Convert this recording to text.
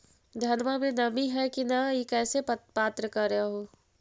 धनमा मे नमी है की न ई कैसे पात्र कर हू?